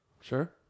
Sure